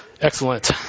Excellent